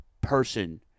person